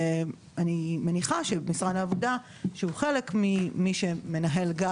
ואני מניחה שמשרד העבודה שהוא חלק ממי שמנהל גם